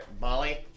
Molly